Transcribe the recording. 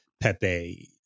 Pepe